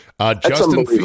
Justin